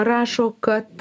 rašo kad